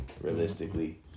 realistically